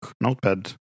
notepad